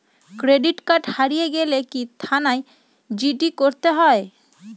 Credit card হারিয়ে গেলে কি থানায় জি.ডি করতে হয়?